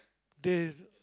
they